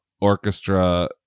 orchestra